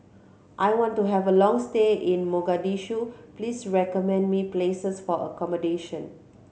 I want to have a long stay in Mogadishu please recommend me some places for accommodation